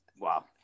wow